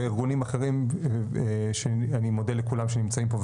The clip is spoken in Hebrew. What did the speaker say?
וארגונים אחרים שאני מודה לכולם שהם נמצאים פה,